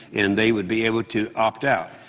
and they would be able to opt out.